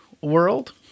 world